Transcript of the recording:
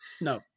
No